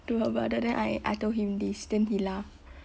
to her brother then I I told him this then he laugh